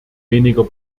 weniger